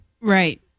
Right